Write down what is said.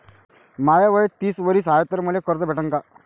माय वय तीस वरीस हाय तर मले कर्ज भेटन का?